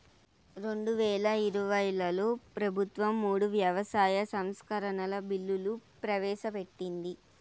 రెండువేల ఇరవైలో ప్రభుత్వం మూడు వ్యవసాయ సంస్కరణల బిల్లులు ప్రవేశపెట్టింది